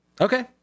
Okay